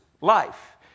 life